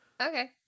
okay